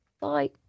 Bye